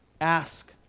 ask